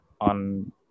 on